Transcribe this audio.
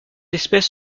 espèce